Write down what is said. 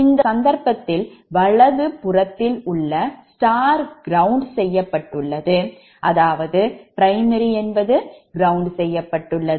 இந்த சந்தர்ப்பத்தில் வலது புறத்தில் உள்ள star ground செய்யப்பட்டுள்ளது அதாவது primary என்பது ground செய்யப்பட்டுள்ளது